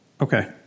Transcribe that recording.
Okay